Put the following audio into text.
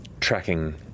tracking